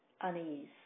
unease